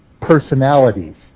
personalities